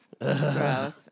gross